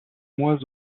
mois